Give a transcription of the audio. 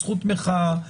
הזכות במרחב,